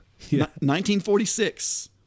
1946